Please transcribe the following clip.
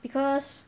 because